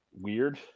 weird